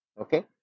Okay